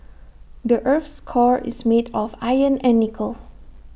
the Earth's core is made of iron and nickel